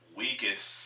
weakest